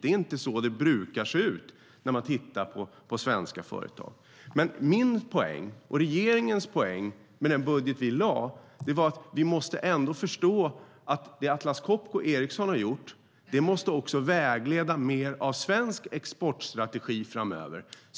Det är inte så det brukar se ut i svenska företag. Min poäng och regeringens poäng med den budget vi lade fram var att vi måste förstå att det Atlas Copco och Ericsson har gjort måste vägleda mer av svensk exportstrategi framöver.